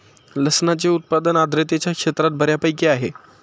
लसणाचे उत्पादन आर्द्रतेच्या क्षेत्रात बऱ्यापैकी आहे